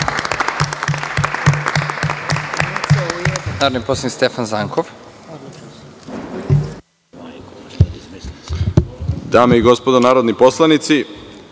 Hvala.